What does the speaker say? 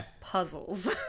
puzzles